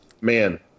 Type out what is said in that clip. man